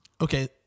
Okay